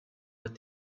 what